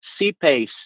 CPACE